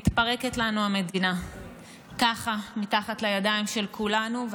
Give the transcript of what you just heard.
מתפרקת לנו המדינה ככה מתחת לידיים של כולנו.